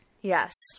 Yes